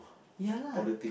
ya lah